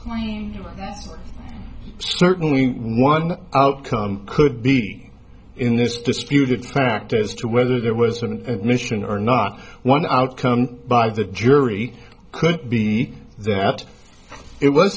mean certainly one outcome could be in this disputed sparked as to whether there was an admission or not one outcome by the jury could be that it was